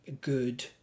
good